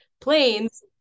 Planes